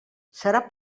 serà